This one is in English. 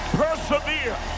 persevere